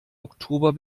oktober